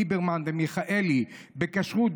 ליברמן ומיכאלי בכשרות,